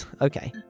Okay